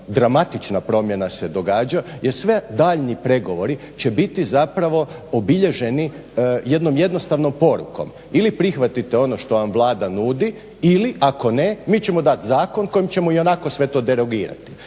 dramatična promjena se događa, jer svi daljnji pregovori će biti zapravo obilježeni jednom jednostavnom porukom. Ili prihvatite ono što vam Vlada nudi ili ako ne mi ćemo dat zakon kojim ćemo ionako sve to derogirati.